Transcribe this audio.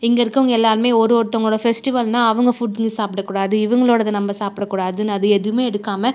இங்கே இருக்கவங்க எல்லோருமே ஒரு ஒருத்தவங்களோடய ஃபெஸ்டிவல்னா அவங்க ஃபுட்னு சாப்பிடக்கூடாது இவங்களோடய நம்ம சாப்பிடக்கூடாதுன்னு அது எதுவுமே எடுக்காமல்